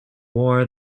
war